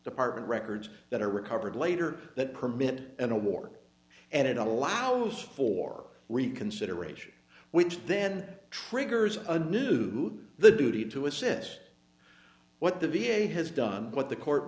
department records that are recovered later that permit in a war and it allows for reconsideration which then triggers a new the duty to assess what the v a has done what the court